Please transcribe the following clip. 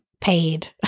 paid